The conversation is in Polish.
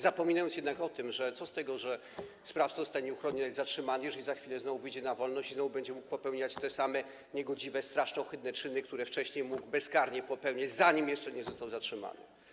Zapominają jednak o tym, że co z tego, iż sprawca zostanie nieuchronnie zatrzymany, jeżeli za chwilę znowu wyjdzie na wolność i znowu będzie mógł popełniać te same niegodziwe, straszne, ohydne czyny, które wcześniej mógł bezkarnie popełniać, zanim jeszcze został zatrzymany.